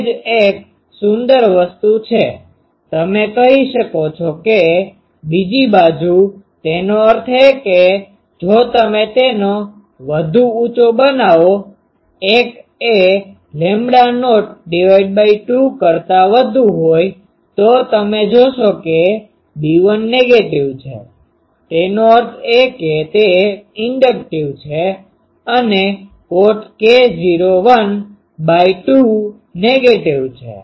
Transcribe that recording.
તે જ એક સુંદર વસ્તુ છે તમે કહી શકો છો કે બીજી બાજુ તેનો અર્થ એ કે જો તમે તેને તો વધુ ઉંચો બનાવો l એ લેમ્બડા નોટ 2કરતા વધુ હોય તો તમે જોશો કે B1 નેગેટિવ છે તેનો અર્થ એ કે તે ઇન્ડક્ટીવ છે અને કોટ k0 l by 2 નેગેટીવ છે